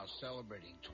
celebrating